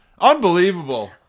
Unbelievable